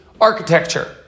architecture